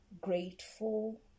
grateful